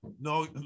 No